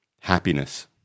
happiness